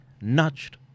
nudged